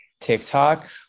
TikTok